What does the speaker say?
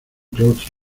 claustro